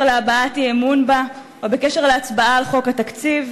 להבעת אי-אמון בה או בקשר להצבעה על חוק התקציב,